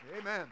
Amen